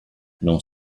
non